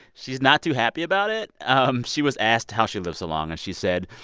she's not too happy about it. um she was asked how she lived so long. and she said,